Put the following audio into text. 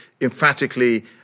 emphatically